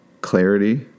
clarity